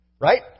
Right